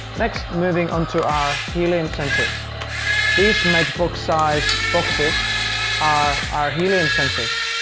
next moving on to our helium sensors these match box size boxes are our helium sensors,